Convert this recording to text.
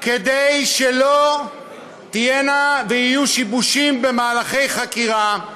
כדי שלא יהיו שיבושים במהלכי חקירה,